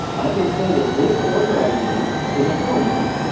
i can say that this order id is a foreign key.